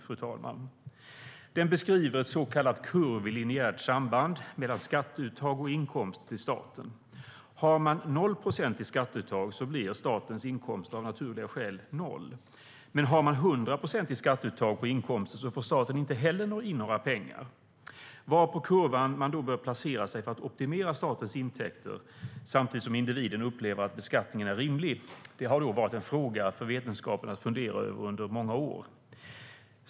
Lafferkurvan beskriver ett så kallat kurvlinjärt samband mellan skatteuttag och inkomster till staten. Han man 0 procent i skatteuttag blir statens inkomster av naturliga skäl noll. Har man 100 procent skatteuttag på inkomster får staten inte heller in några pengar. Var på kurvan bör man då placera sig för att optimera statens intäkter samtidigt som individen upplever att beskattningen är rimlig? Det har varit en fråga som vetenskapen har funderat över i många år.